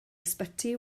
ysbyty